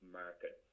market